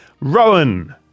Rowan